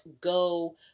go